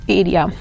area